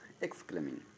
exclaiming